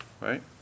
right